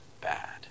bad